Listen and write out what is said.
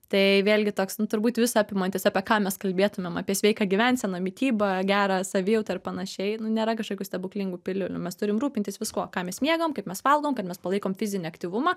tai vėlgi toks nu turbūt visa apimantis apie ką mes kalbėtume apie sveiką gyvenseną mitybą gerą savijautą ir panašiai nu nėra kažkokių stebuklingų piliulių mes turim rūpintis viskuo ką mes miegam kaip mes valgom kad mes palaikom fizinį aktyvumą